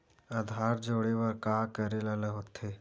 आधार जोड़े बर का करे ला होथे?